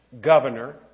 governor